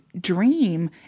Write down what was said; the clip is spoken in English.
dream